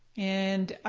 and